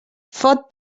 fot